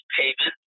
payment